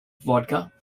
vodka